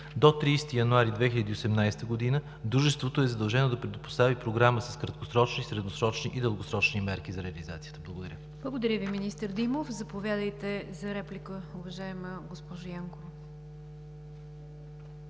До 30 януари 2018 г. Дружеството е задължено да предостави програма с краткосрочни, средносрочни и дългосрочни мерки за реализацията. Благодаря. ПРЕДСЕДАТЕЛ НИГЯР ДЖАФЕР: Благодаря Ви, министър Димов. Заповядайте за реплика, уважаема госпожо Янкова.